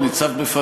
זה חוק גזעני,